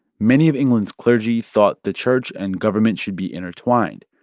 many of england's clergy thought the church and government should be intertwined.